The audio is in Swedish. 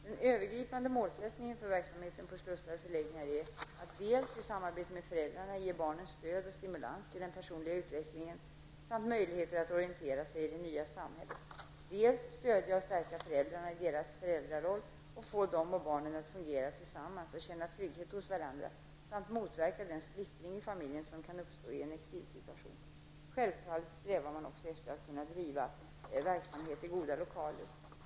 Den övergripande målsättningen för verksamheten på slussar och förläggnigar är att dels i samarbete med föräldrarna ge barnen stöd och stimulans i den personliga utvecklingen samt möjlighet att orientera sig i det nya samhället, dels stödja och stärka föräldrarna i deras föräldraroll och få dem och barnen att fungera tillsammans och känna trygghet hos varandra samt motverka den splittring i familjen som kan uppstå i en exilsituation. Självfallet strävar man också efter att kunna driva verksamheten i goda lokaler.